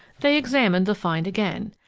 they examined the find again.